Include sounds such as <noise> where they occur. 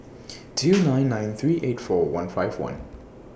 two <noise> nine nine three eight four one five one